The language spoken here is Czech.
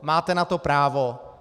Máte na to právo.